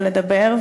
ולדבר,